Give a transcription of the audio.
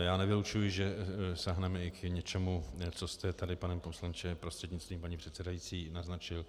Já nevylučuji, že sáhneme i k něčemu, co jste tady, pane poslanče prostřednictvím paní předsedající, naznačil.